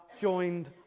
joined